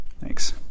Thanks